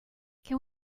can